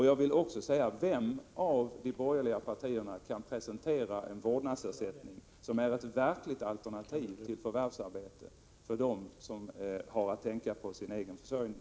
Jag vill också fråga: Vilket av de borgerliga partierna kan presentera en vårdnadsersättning som är ett verkligt alternativ till förvärvsarbete för dem som har att tänka på sin egen försörjning?